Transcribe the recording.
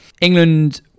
England